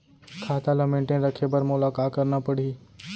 खाता ल मेनटेन रखे बर मोला का करना पड़ही?